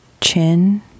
chin